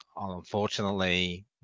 unfortunately